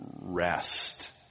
rest